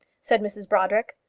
said mrs brodrick.